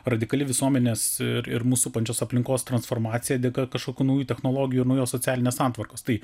radikali visuomenės ir ir mus supančios aplinkos transformacija dėka kažkokių naujų technologijų naujos socialinės santvarkos tai